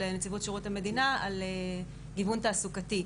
נציבות שירות המדינה על גיוון תעסוקתי,